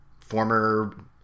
Former